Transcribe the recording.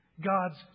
God's